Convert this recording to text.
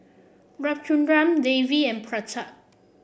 Ramchundra Devi and Pratap